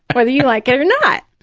whether you like it or not.